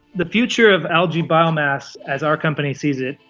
the future of algae biomass, as our company sees it,